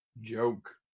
Joke